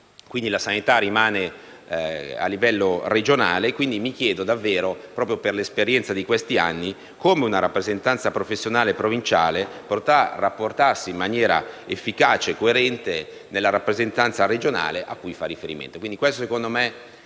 la sanità rimane una competenza regionale, per cui mi chiedo, proprio per l'esperienza di questi anni, come una rappresentanza professionale provinciale potrà rapportarsi in maniera efficace e coerente nella rappresentanza regionale cui fa riferimento.